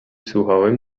słuchałem